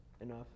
enough